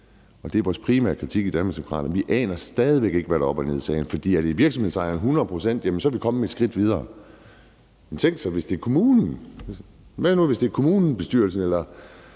Og det er vores primære kritik i Danmarksdemokraterne, altså at man stadig væk ikke aner, hvad der er op og ned i sagen. For er ansvaret hundrede procent virksomhedsejerens? Ja, så er vi kommet et skridt videre. Men tænk sig, hvis det er kommunens? Hvad nu hvis det er kommunalbestyrelsen eller